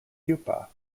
pupa